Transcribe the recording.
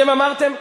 אתם אמרתם,